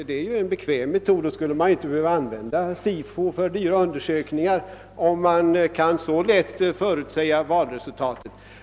Det är ju en bekväm metod; om man så lätt kan förutsäga ett valresultat skulle man inte behöva använda SIFO för dyra undersökningar.